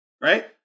right